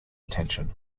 attention